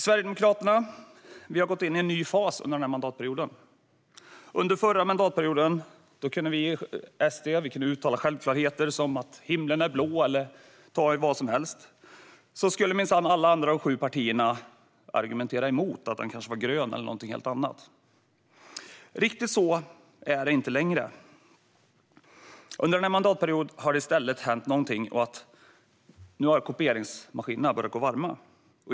Sverigedemokraterna har gått in i en ny fas under denna mandatperiod. Under den förra mandatperioden kunde vi uttala självklarheter som att himlen är blå eller vad som helst. Då skulle minsann alla de andra sju partierna argumentera emot och säga att den kanske var grön eller någonting helt annat. Riktigt så är det inte längre. Under denna mandatperiod har det i stället hänt någonting, och nu har kopieringsmaskinerna börjat gå varma.